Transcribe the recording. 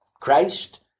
Christ